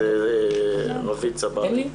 את רביד צברי.